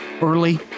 early